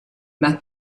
más